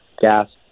gas